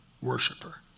worshiper